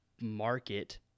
market